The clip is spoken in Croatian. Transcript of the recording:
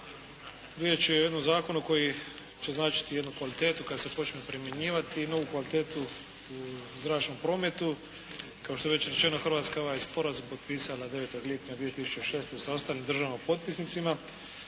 riječ je o jednom zakonu koji će značiti jednu kvalitetu kad se počne primjenjivati, novu kvalitetu u zračnom prometu. Kao što je već rečeno Hrvatska je ovaj sporazum potpisala 9. lipnja 2006. sa ostalim državama potpisnicama,